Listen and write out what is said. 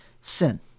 sin